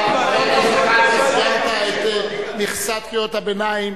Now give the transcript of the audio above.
סיימת את מכסת קריאות הביניים.